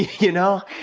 you know,